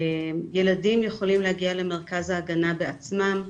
ילדים יכולים להגיע למרכז ההגנה בעצמם,